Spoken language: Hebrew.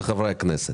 אלה חברי הכנסת.